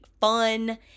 fun